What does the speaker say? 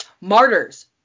Martyrs